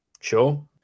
Sure